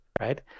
right